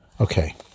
Okay